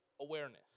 Awareness